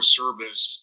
service